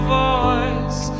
voice